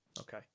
Okay